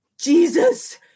Jesus